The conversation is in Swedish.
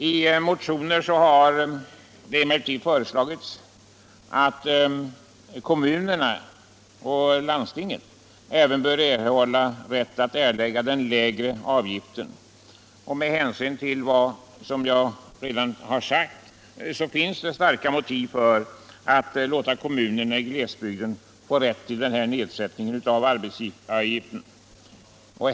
I motioner har föreslagits att även kommuner och landsting bör erhålla rätt att erlägga den lägre avgiften. Som jag redan har sagt finns starka motiv för att låta kommunerna i glesbygden få rätt till denna nedsättning av arbetsgivaravgiften.